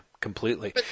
completely